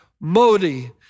Modi